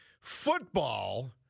Football